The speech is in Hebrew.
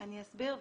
אני אסביר.